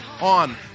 on